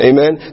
Amen